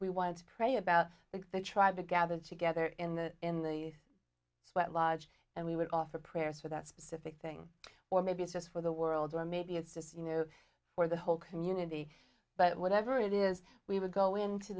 we wanted to pray about the they tried to gather together in the in the sweat lodge and we would offer prayers for that specific thing or maybe it's just for the world or maybe it's just you know for the whole community but whatever it is we would go into